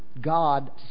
God